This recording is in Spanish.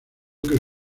que